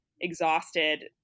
exhausted